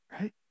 right